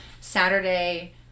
Saturday